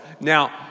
Now